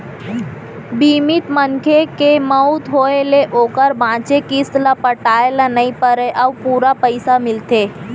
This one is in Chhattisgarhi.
बीमित मनखे के मउत होय ले ओकर बांचे किस्त ल पटाए ल नइ परय अउ पूरा पइसा मिलथे